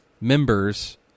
members